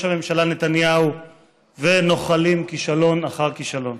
הממשלה נתניהו ונוחלים כישלון אחר כישלון.